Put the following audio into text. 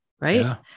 Right